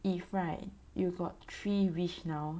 if right you got three wish now